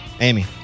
Amy